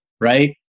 right